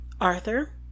Arthur